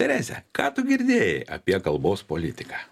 terese ką tu girdėjai apie kalbos politiką